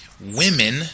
Women